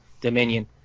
Dominion